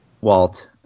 Walt